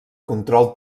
control